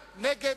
נגד,